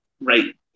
Right